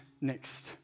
next